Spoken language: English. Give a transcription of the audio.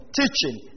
teaching